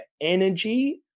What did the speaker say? energy